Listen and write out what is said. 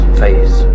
face